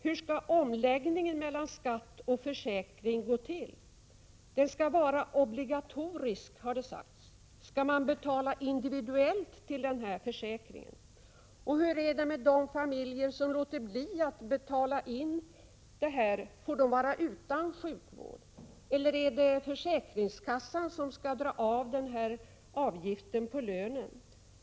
Hur skall omläggningen mellan skatt och försäkring gå till? Försäkringen skall vara obligatorisk, har det sagts. Skall man betala individuellt till försäkringen? Hur är det med de familjer som låter bli att betala in? Måste de vara utan sjukvård eller skall försäkringskassan dra av på lönen?